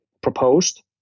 proposed